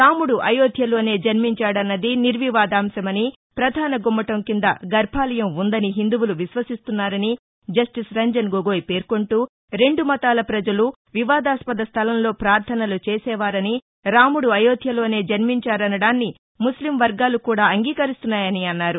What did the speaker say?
రాముడు అయోధ్యలోనే జన్మించాడన్నది నిర్వివాదాంశమని పధాన గుమ్మటం కింద గర్భాలయం ఉందని హిందువులు విశ్వసిస్తున్నారని జస్టిస్ రంజన్ గొగొయి పేర్కొంటూ రెండు మతాల ప్రజలు వివాదాస్పద స్థలంలో పార్దనలు చేసేవారని రాముడు అయోధ్యలోనే జన్మించారనడాన్ని ముస్లిం వర్గాలు కూడా అంగీకరిస్తున్నాయని అన్నారు